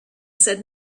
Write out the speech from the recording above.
said